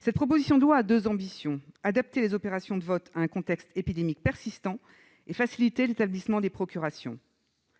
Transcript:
Ce texte a deux ambitions : adapter les opérations de vote à un contexte épidémique persistant et faciliter l'établissement des procurations.